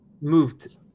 moved